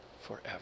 forever